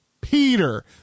Peter